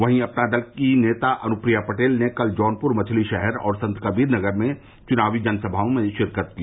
वहीं अपना दल की नेता अनुप्रिया पटेल ने कल जौनपुर मछलीशहर और संतकबीर नगर में चुनावी जनसभाओं में शिरकत की